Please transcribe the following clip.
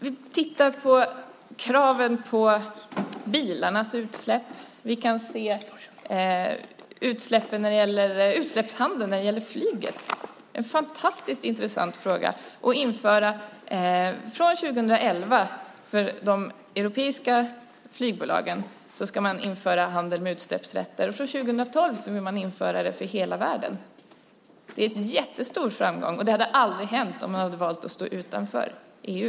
Vi kan titta på kraven när det gäller bilarnas utsläpp och på utsläppshandeln för flyget - en fantastiskt intressant fråga. Från 2011 ska handel med utsläppsrätter införas för de europeiska flygbolagen, och från 2012 vill man införa det för hela världen. Det är en jättestor framgång, och det hade aldrig hänt om man hade valt att stå utanför EU.